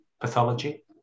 pathology